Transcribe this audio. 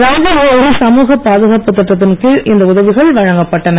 ராஜிவ்காந்தி சமூக பாதுகாப்பு திட்டத்தின் கீழ் இந்த உதவிகள் வழங்கப்பட்டன